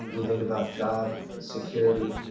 when you think about job security,